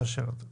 נאשר את זה.